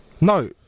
No